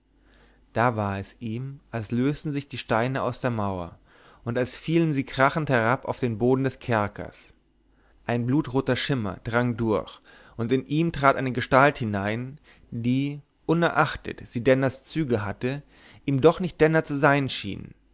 da war es ihm als lösten sich die steine aus der mauer und als fielen sie krachend herab auf den boden des kerkers ein blutroter schimmer drang durch und in ihm trat eine gestalt hinein die unerachtet sie denners züge hatte ihm doch nicht denner zu sein schien